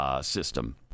system